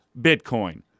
Bitcoin